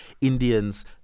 Indians